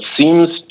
seems